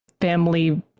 family